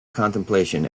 contemplation